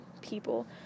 people